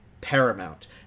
paramount